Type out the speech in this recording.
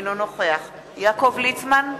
אינו נוכח יעקב ליצמן,